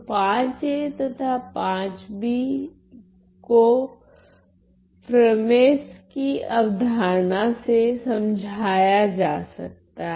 तो Va तथा Vb को फ्रमेस कि अवधारणा से समझाया जा सकता हैं